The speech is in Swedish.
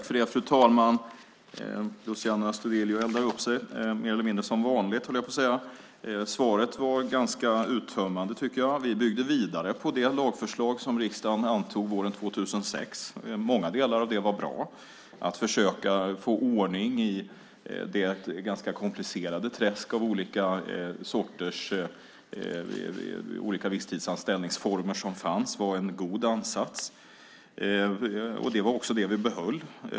Fru talman! Luciano Astudillo eldar upp sig, mer eller mindre som vanligt höll jag på att säga. Svaret var ganska uttömmande tycker jag. Vi byggde vidare på det lagförslag som riksdagen antog våren 2006. Många delar av det var bra. Att försöka få ordning i det ganska komplicerade träsk av olika visstidsanställningsformer som fanns var en god ansats. Det var också det vi behöll.